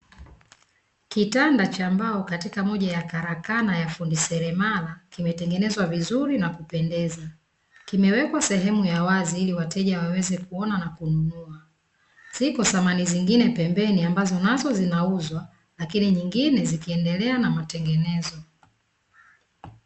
Kitanda cha mbao katika moja ya karakana ya fundi selemara kimetengenezwa vizuri na kupendeza, kimewekwa sehemu ya wazi ili wateja waweze kuona na kununua, zipo samani zingine pembeni ambazo nazo zinauzwa lakini nyingine zikiendelea na matengenezo.